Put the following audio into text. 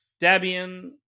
Debian